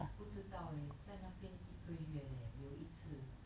不知道 leh 在那边一个月 leh 有一次